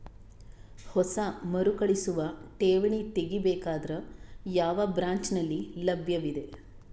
ಹೊಸ ಮರುಕಳಿಸುವ ಠೇವಣಿ ತೇಗಿ ಬೇಕಾದರ ಯಾವ ಬ್ರಾಂಚ್ ನಲ್ಲಿ ಲಭ್ಯವಿದೆ?